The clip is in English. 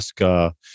ask